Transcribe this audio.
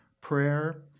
prayer